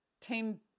Team